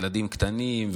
ילדים קטנים,